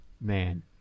Man